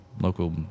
local